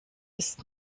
ist